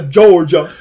Georgia